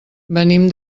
venim